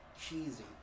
cheesy